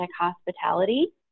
hospitality